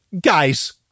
guys